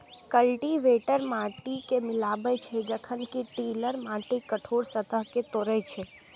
cultivator माटि कें मिलाबै छै, जखन कि टिलर माटिक कठोर सतह कें तोड़ै छै